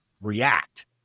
react